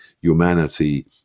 humanity